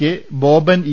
K Boban E